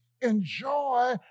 enjoy